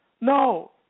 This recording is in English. No